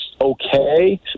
okay